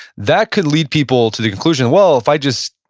that could lead people to the conclusion, well if i just,